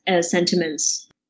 sentiments